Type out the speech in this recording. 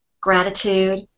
gratitude